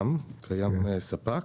בבאר שבע קיים ספק,